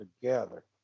together